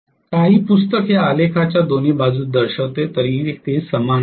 काही पुस्तक हे आलेखाच्या दोन्ही बाजूस दर्शविते तरीही ते समान आहे